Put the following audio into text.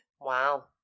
Wow